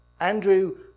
Andrew